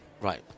Right